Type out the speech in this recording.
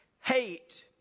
hate